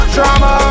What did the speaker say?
Drama